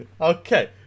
Okay